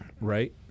right